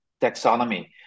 taxonomy